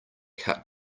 cut